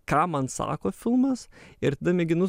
ką man sako filmas ir tada mėginu